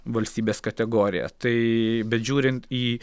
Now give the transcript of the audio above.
valstybės kategoriją tai bet žiūrint į